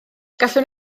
gallwn